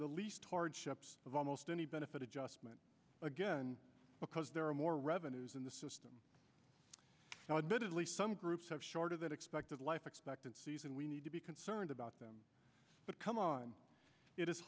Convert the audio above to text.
the least hardship of almost any benefit adjustment again because there are more revenues in the system now admittedly some groups have shorter than expected life expectancies and we need to be concerned about them but come on it is